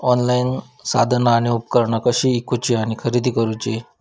Online साधना आणि उपकरणा कशी ईकूची आणि खरेदी करुची?